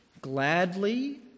gladly